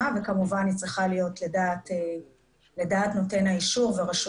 וכמובן היא צריכה להיות לדעת נותן האישור ורשות